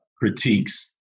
critiques